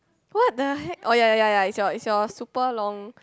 what the hack oh ya ya ya is your is your super long